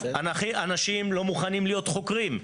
אנשים לא מוכנים להיות חוקרים.